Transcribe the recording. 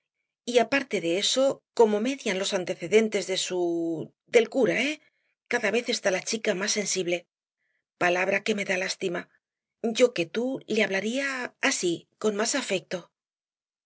y aparte de eso como median los antecedentes de su del cura eh cada vez está la chica más sensible palabra que me da lástima yo que tú le hablaría así con más afecto